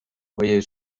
moje